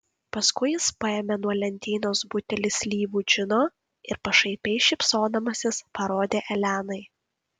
paskui jis paėmė nuo lentynos butelį slyvų džino ir pašaipiai šypsodamasis parodė elenai